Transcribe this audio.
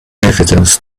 evidence